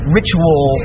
ritual